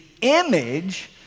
image